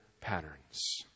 patterns